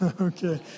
Okay